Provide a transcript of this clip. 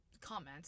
comments